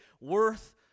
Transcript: worth